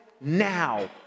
now